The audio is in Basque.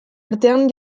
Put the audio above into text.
artean